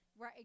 Right